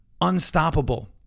unstoppable